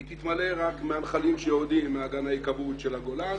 היא תתמלא רק מהנחלים שיורדים מאגם ההיקוות של הגולן